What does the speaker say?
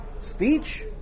speech